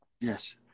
Yes